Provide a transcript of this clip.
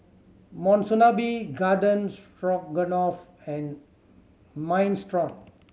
Monsunabe Garden Stroganoff and Minestrone